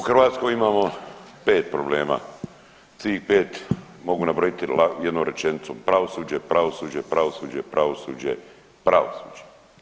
U Hrvatskoj imamo 5 problema, svih 5 mogu nabrojiti jednom rečenicom, pravosuđe, pravosuđe, pravosuđe, pravosuđe, pravosuđe.